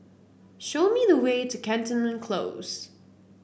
show me the way to Canton Close